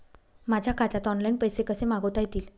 माझ्या खात्यात ऑनलाइन पैसे कसे मागवता येतील?